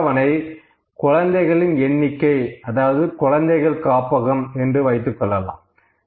இந்த அட்டவணை குழந்தைகளின் எண்ணிக்கை அதாவது குழந்தைகள் காப்பகம் என்று வைத்துக் கொள்ளலாம்